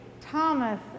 Thomas